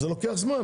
אבל זה לוקח זמן,